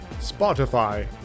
Spotify